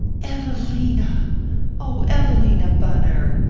evelina oh, evelina bunner!